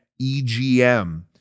EGM